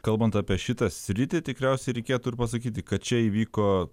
kalbant apie šitą sritį tikriausiai reikėtų ir pasakyti kad čia įvyko